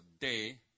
day